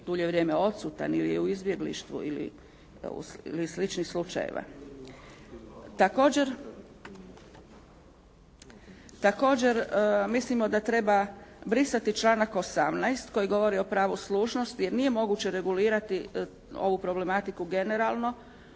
dulje vrijeme odsutan ili je u izbjeglištvu ili sličnih slučajeva. Također mislimo da treba brisati članak 18. koji govori o pravu služnosti jer nije moguće regulirati ovu problematiku generalno